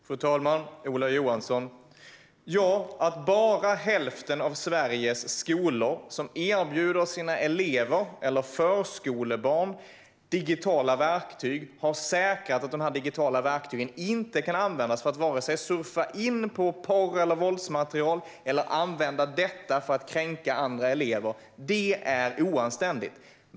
Fru talman och Ola Johansson! Att bara hälften av Sveriges skolor som erbjuder sina elever eller förskolebarn digitala verktyg har säkrat att dessa digitala verktyg inte kan användas för att vare sig surfa in på porr eller våldsmaterial eller för att kränka andra elever är oanständigt.